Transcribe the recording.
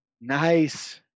Nice